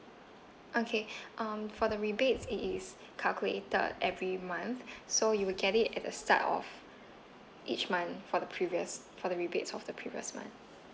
okay um for the rebates it is calculated every month so you will get it at the start of each month for the previous for the rebates of the previous month